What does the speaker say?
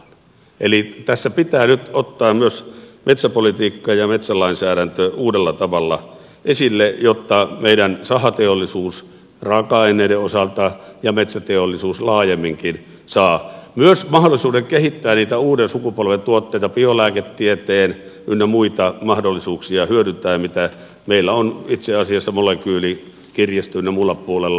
eli tässä pitää nyt ottaa myös metsäpolitiikka ja metsälainsäädäntö uudella tavalla esille jotta meidän sahateollisuus raaka aineiden osalta ja metsäteollisuus laajemminkin saavat myös mahdollisuuden kehittää niitä uuden sukupolven tuotteita biolääketieteen ynnä muita mahdollisuuksia hyödyntää mitä meillä on itse asiassa molekyylikirjasto ynnä muulla puolella